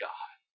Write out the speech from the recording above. God